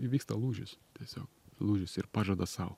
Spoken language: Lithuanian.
įvyksta lūžis tiesiog lūžis ir pažadas sau